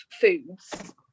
foods